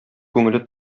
күңеле